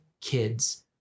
kids